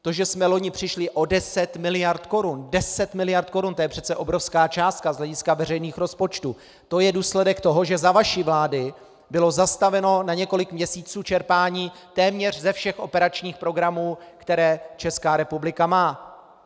To, že jsme loni přišli o 10 miliard korun 10 miliard korun, to je přece obrovská částka z hlediska veřejných rozpočtů , to je důsledek toho, že za vaší vlády bylo na několik měsíců zastaveno čerpání téměř ze všech operačních programů, které Česká republika má.